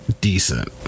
decent